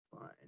fine